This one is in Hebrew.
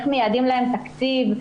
איך מייעדים להן תקציב.